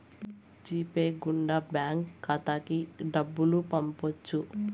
G pay గుండా bank ఖాతాకి డబ్బులు పంపొచ్చు